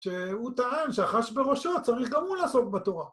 שהוא טען שהחש בראשו צריך גם הוא לעסוק בתורה.